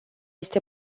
este